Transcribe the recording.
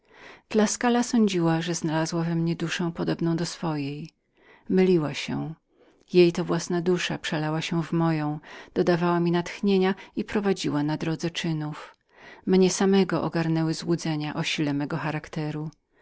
zażyłości tuskula sądziła że znalazła we mnie duszę podobną do swojej myliła się jej to własna dusza przelała się w moją dodawała mi natchnienia i prowadziła na drodze czynów mnie samego ogarnęły złudzenia o sile mego charakteru